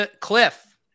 Cliff